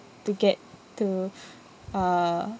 to get to uh